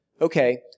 okay